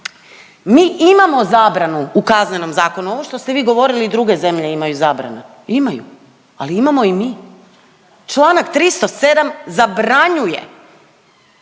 mi imamo zabranu u Kaznenom zakonu. Ovo što ste vi govorili i druge zemlje imaju zabranu, imaju, ali imamo i mi. Članak 307. zabranjuje